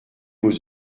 aux